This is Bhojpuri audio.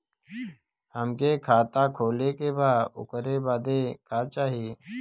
हमके खाता खोले के बा ओकरे बादे का चाही?